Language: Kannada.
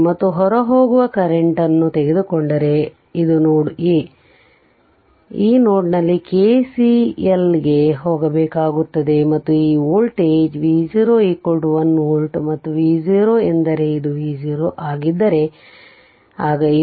ಮತ್ತು ಹೊರಹೋಗುವ ಕರೆಂಟ್ಅನ್ನು ತೆಗೆದುಕೊಂಡರೆ ಇದು ನೋಡ್ ಎ ಈ ನೋಡ್ನಲ್ಲಿ ಕೆಸಿಎಲ್ಗೆ ಹೋಗಬೇಕಾಗುತ್ತದೆ ಮತ್ತು ಈ ವೋಲ್ಟೇಜ್ V0 1 ವೋಲ್ಟ್ ಮತ್ತು V0 ಎಂದರೆ ಇದು V0 ಆಗಿದ್ದರೆ ಆಗ ಇದು